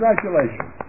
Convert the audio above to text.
Congratulations